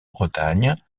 bretagne